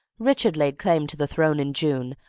richard laid claim to the throne in june,